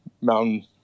mountain